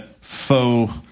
faux